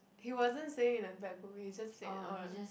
he wasn't saying in a bad group he just said oh